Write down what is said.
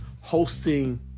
hosting